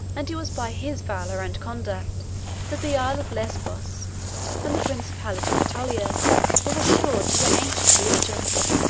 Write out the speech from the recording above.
and it was by his valor and conduct that the isle of lesbos and the principality of aetolia were restored to their ancient allegiance.